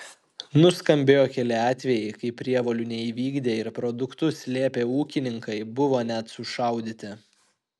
nuskambėjo keli atvejai kai prievolių neįvykdę ir produktus slėpę ūkininkai buvo net sušaudyti